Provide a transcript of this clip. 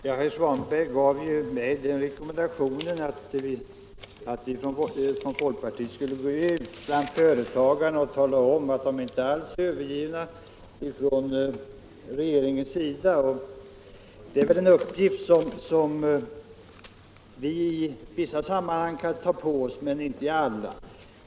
Herr talman! Herr Svanberg gav mig den rekommendationen att vi från folkpartiet skulle gå ut till de små och medelstora företagarna och tala om att regeringen inte alls har övergivit dem. Det är en uppgift som vi i vissa sammanhang kan ta på oss, men inte i alla.